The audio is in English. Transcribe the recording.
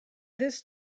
this